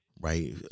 right